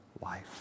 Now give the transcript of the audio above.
life